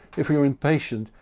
if you're impatient,